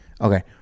Okay